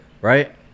Right